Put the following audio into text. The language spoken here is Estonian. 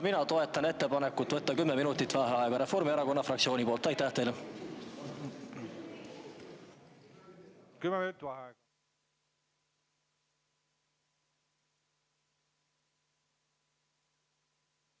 mina toetan ettepanekut võtta kümme minutit vaheaega Reformierakonna fraktsiooni poolt. Ma nüüd